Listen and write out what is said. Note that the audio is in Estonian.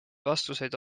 vastuseid